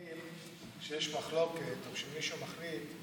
לפעמים כשיש מחלוקת וכשמישהו מחליט,